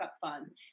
funds